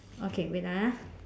okay wait ah